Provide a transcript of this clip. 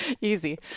Easy